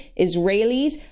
Israelis